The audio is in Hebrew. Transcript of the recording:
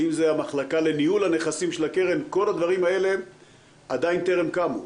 ואם זו המחלקה לניהול הנכסים של הקרן - כל הדברים האלה עדיין טרם קמו.